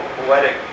poetic